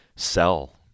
sell